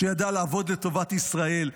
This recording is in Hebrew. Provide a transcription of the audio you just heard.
שידעה לעבוד לטובת ישראל,